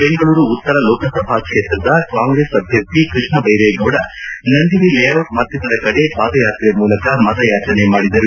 ಬೆಂಗಳೂರು ಉತ್ತರ ಲೋಕಸಭಾ ಕ್ಷೇತ್ರದ ಕಾಂಗ್ರೆಸ್ ಅಭ್ಯರ್ಥಿ ಕೃಷ್ಣಬೈರೇಗೌಡ ನಂದಿನಿಲೇಔಟ್ ಮತ್ತಿತರ ಕಡೆ ಪಾದಯಾತ್ರೆ ಮೂಲಕ ಮತಯಾಚನೆ ಮಾಡಿದರು